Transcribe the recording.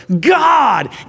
God